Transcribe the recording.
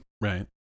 Right